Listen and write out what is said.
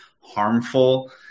harmful